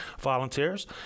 volunteers